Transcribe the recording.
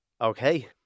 Okay